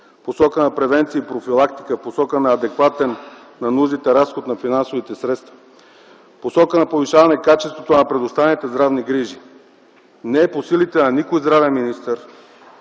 посока на превенция и профилактика, в посока на адекватен на нуждите разход на финансовите средства, в посока на повишаване качеството на предоставените здравни грижи. Не е по силите на никой здравен министър,